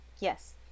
yes